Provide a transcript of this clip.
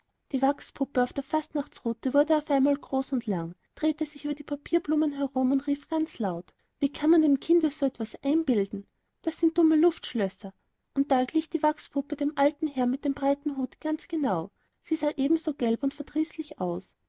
die wachspuppe auf der fastnachtsrute wurde auf einmal groß und lang drehte sich über die papierblumen herum und rief ganz laut wie kann man dem kinde so etwas einbilden das sind dumme luftschlösser und da glich die wachspuppe dem alten herrn mit dem breiten hut ganz genau sie sah eben so gelb und verdrießlich aus